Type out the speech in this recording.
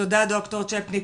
תודה, ד"ר ציפניק.